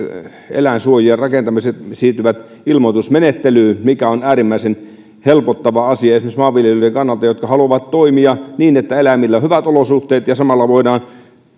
eläinsuojien rakentamiset siirtyvät ilmoitusmenettelyyn on äärimmäisen helpottava asia esimerkiksi maanviljelijöiden kannalta jotka haluavat toimia niin että eläimillä on hyvät olosuhteet samalla voidaan